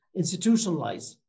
institutionalize